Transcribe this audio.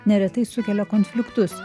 neretai sukelia konfliktus